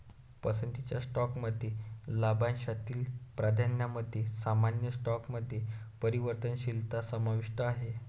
पसंतीच्या स्टॉकमध्ये लाभांशातील प्राधान्यामध्ये सामान्य स्टॉकमध्ये परिवर्तनशीलता समाविष्ट आहे